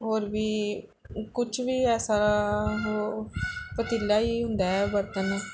ਹੋਰ ਵੀ ਕੁਛ ਵੀ ਐਸਾ ਪਤੀਲਾ ਹੀ ਹੁੰਦਾ ਹੈ ਵਰਤਣ ਨੂੰ